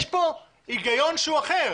יש פה היגיון שהוא אחר.